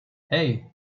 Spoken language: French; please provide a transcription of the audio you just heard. hey